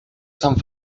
sant